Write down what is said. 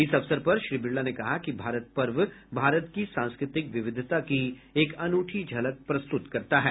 इस अवसर पर श्री बिड़ला ने कहा कि भारत पर्व भारत की सांस्कृतिक विविधता की एक अनूठी झलक प्रस्तुत करता है